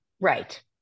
Right